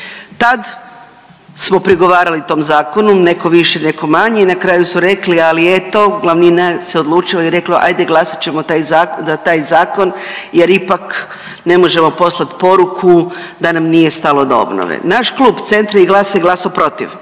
Tad smo prigovarali tom zakonu, netko više, netko manje i na kraju su rekli, ali eto glavnina se odlučila i rekla ajde glasat ćemo za taj zakon jer ipak ne možemo poslat poruku da nam nije stalo do obnove. Naš klub CENTRA i GLAS-a je glasao protiv,